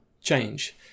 change